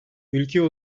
ülkeye